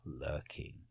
lurking